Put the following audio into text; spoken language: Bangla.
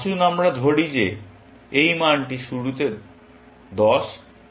আসুন আমরা ধরি যে এই মানটি শুরুতে 10